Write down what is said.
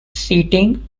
seating